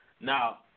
Now